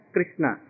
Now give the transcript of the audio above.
Krishna